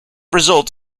result